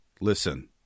listen